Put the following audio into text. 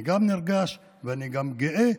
אני נרגש וגם גאה